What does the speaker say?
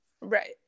Right